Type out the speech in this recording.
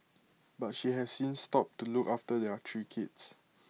but she has since stopped to look after their three kids